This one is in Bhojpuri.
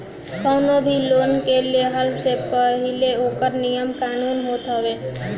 कवनो भी लोन के लेहला से पहिले ओकर नियम कानून होत हवे